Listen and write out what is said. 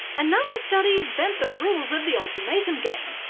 another study bent the rules of the ultimatum game.